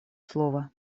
слово